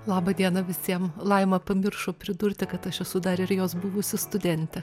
laba diena visiem laima pamiršo pridurti kad aš esu dar ir jos buvusi studentė